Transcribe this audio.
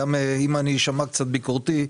גם אם אני אשמע קצת ביקורתי.